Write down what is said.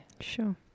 Sure